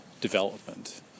development